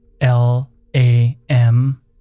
L-A-M